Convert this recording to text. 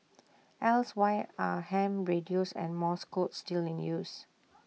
else why are ham radios and morse code still in use